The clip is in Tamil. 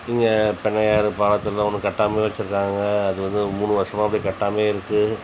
இங்கே கண்ணையார் பாலத்தில் ஒன்று கட்டாமலே வச்சிருக்காங்க அது வந்து மூணு வருஷமாக அப்படே கட்டாமலே இருக்குது